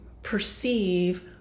perceive